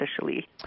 officially